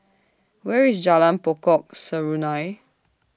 Where IS Jalan Pokok Serunai